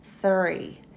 Three